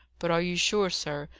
but are you sure, sir,